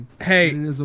Hey